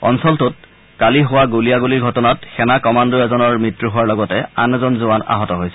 অঞ্চলটোত কালি হোৱা গুলীয়াগুলিৰ ঘটনাত সেনা কামাণ্ডো এজনৰ মৃত্যু হোৱাৰ লগতে আন এজন জোৱান আহত হৈছিল